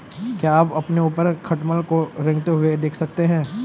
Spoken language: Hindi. क्या आप अपने ऊपर खटमल को रेंगते हुए देख सकते हैं?